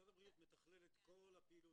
משרד הבריאות מתכלל את כל הפעילות.